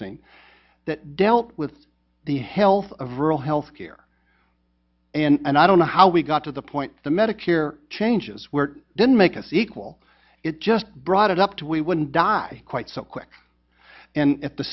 seen that dealt with the health of rural health care and i don't know how we got to the point the medicare changes were didn't make a sequel it just brought it up to we wouldn't die quite so quick and if the